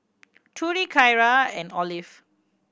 Trudy Tyra and Olive